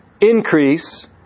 increase